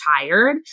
tired